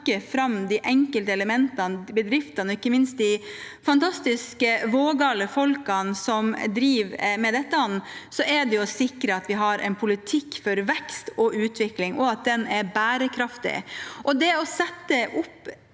til å snakke fram de enkelte elementene og bedriftene, og ikke minst de vågale folkene som driver med dette, er det viktig å sikre at vi har en politikk for vekst og utvikling, og at den er bærekraftig. Det å sette